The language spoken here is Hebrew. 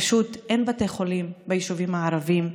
פשוט אין בתי חולים ביישובים הערביים.